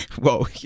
whoa